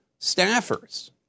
staffers